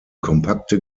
kompakte